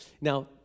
Now